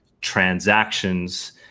transactions